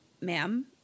ma'am